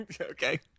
Okay